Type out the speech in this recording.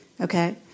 Okay